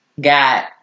got